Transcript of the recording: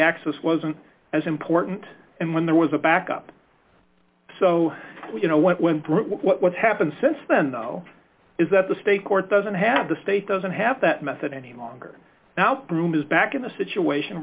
axis wasn't as important and when there was a back up so you know what went through what happened since then though is that the state court doesn't have the state doesn't have that method any longer now broome is back in the situation